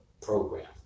program